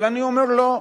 אבל אני אומר: לא,